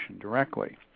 directly